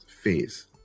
phase